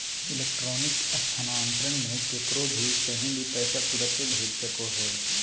electronic स्थानान्तरण मे केकरो भी कही भी पैसा तुरते भेज सको हो